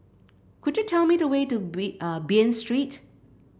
could you tell me the way to Bain Street